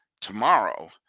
tomorrow